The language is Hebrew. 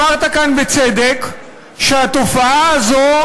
אמרת כאן בצדק שהתופעה הזאת,